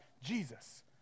Jesus